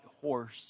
horse